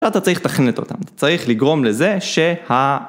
אתה צריך לתכנת אותם, אתה צריך לגרום לזה שה...